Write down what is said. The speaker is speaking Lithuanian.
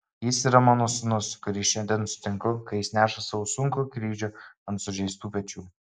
jis yra mano sūnus kurį šiandien sutinku kai jis neša savo sunkų kryžių ant sužeistų pečių